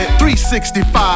365